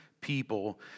people